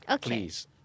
please